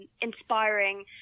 inspiring